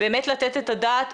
באמת לתת את הדעת,